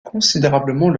considérablement